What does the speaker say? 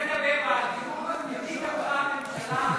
מליאה, למליאה.